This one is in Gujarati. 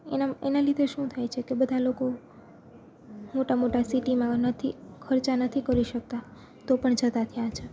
એના મ એના લીધે શું થાય છે કે બધાય લોકો મોટા મોટા સિટીમાં નથી ખર્ચા નથી કરી શકતા તો પણ છતાં ત્યાં છે